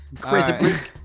Crazy